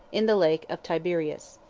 in the lake of tiberias.